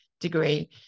degree